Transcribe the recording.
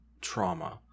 trauma